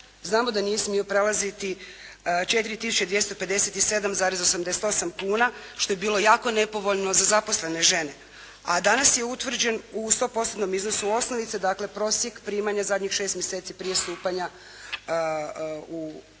Znamo da nije smio prelaziti 4 tisuće 257,88 kuna što je bilo jako nepovoljno za zaposlene žene a danas je utvrđen u sto postotnom iznosu osnovice, dakle prosjek primanja zadnjih šest mjeseci prije stupanja na